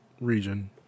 region